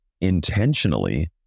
intentionally